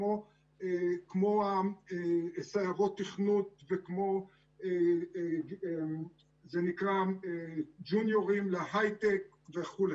כמו סיירות תכנות וכמו זה נקרא ג'וניורים להיי-טק וכו'